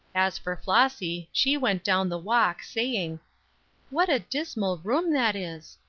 as for flossy, she went down the walk, saying what a dismal room that is?